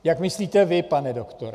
Jak myslíte vy, pane doktore.